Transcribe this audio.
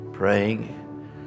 praying